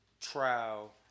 trial